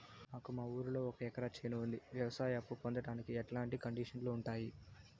నాకు మా ఊరిలో ఒక ఎకరా చేను ఉంది, వ్యవసాయ అప్ఫు పొందడానికి ఎట్లాంటి కండిషన్లు ఉంటాయి?